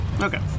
Okay